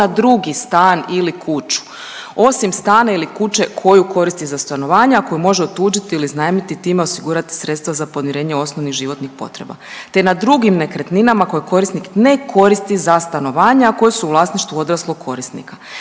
na drugi stan ili kuću, osim stana ili kuće koju koristi za stanovanje ako je može otuđiti ili iznajmiti i time osigurati sredstva za podmirenje osnovnih životnih potreba, te na drugim nekretninama koje korisnik ne koristi za stanovanje, a koje su u vlasništvu odraslog korisnika.